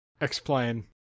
Explain